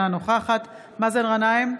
אינה נוכחת מאזן גנאים,